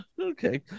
Okay